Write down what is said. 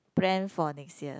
plan for next year